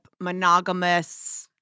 monogamous